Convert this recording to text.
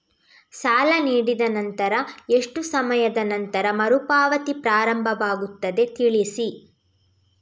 ಸಾಲ ನೀಡಿದ ನಂತರ ಎಷ್ಟು ಸಮಯದ ನಂತರ ಮರುಪಾವತಿ ಪ್ರಾರಂಭವಾಗುತ್ತದೆ ತಿಳಿಸಿ?